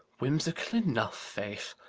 whimsical enough, faith!